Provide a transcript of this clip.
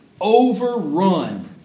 overrun